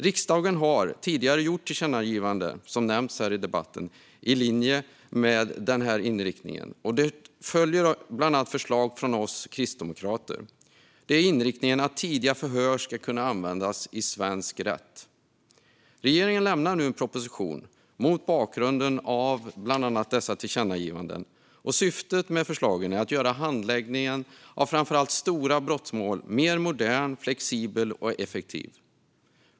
Riksdagen har, som nämnts här i debatten, tidigare gjort tillkännagivanden i linje med denna inriktning, till följd av förslag från bland annat oss kristdemokrater. Inriktningen är att tidiga förhör ska kunna användas i svensk rätt. Regeringen lämnar nu en proposition mot bakgrund av bland annat dessa tillkännagivanden. Syftet med förslagen är att göra handläggningen av framför allt stora brottmål mer modern, flexibel och effektiv.